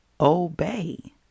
obey